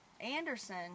Anderson